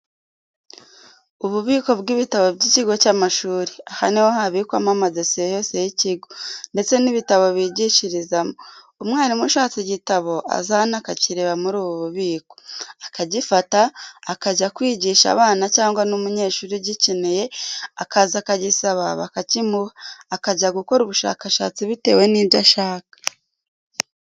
Ububiko bw'ibitabo by'ikigo cy'amashuri, aha ni ho habikwamo amadosiye yose y'ikigo, ndetse n'ibitabo bigishirizamo. Umwarimu ushatse igitabo aza hano akakireba muri ubu bubiko, akagifata akajya kwigisha abana cyangwa n'umunyeshuri ugikeneye akaza akagisaba bakakimuha akajya gukora ubushakashatsi bitewe n'ibyo yiga.